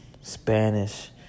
Spanish